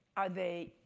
are they